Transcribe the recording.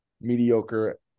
mediocre